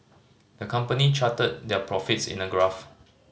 the company charted their profits in a graph